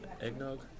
eggnog